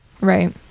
Right